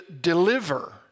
deliver